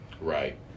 Right